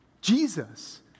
Jesus